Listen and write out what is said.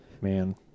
man